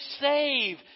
save